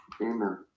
Amen